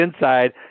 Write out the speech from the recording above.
inside